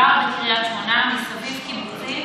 שגרה בקריית שמונה, מסביב קיבוצים,